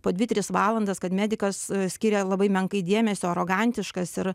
po dvi tris valandas kad medikas skiria labai menkai dėmesio arogantiškas ir